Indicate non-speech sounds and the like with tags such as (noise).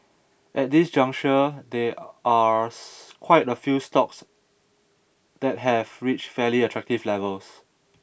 at this juncture there are (unintelligible) quite a few stocks that have reached fairly attractive levels